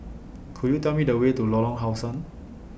Could YOU Tell Me The Way to Lorong How Sun